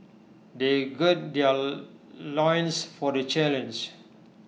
they gird their loins for the challenge